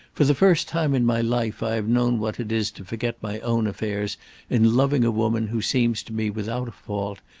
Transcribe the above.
for the first time in my life i have known what it is to forget my own affairs in loving a woman who seems to me without a fault,